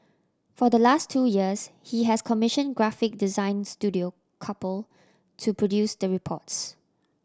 for the last two years he has commissioned graphic design studio Couple to produce the reports